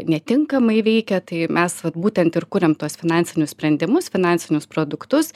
netinkamai veikia tai mes vat būtent ir kuriam tuos finansinius sprendimus finansinius produktus